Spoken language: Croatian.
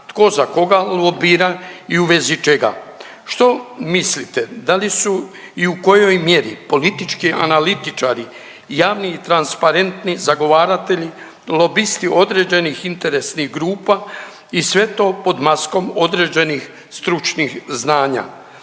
tko za koga lobira i u vezi čega. Što mislite, da li su i u kojoj mjeri politički analitičari, javni transparentni zagovaratelji lobisti određenih interesnih grupa i sve to pod maskom određenih stručnih znanja.